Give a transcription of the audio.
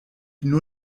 nur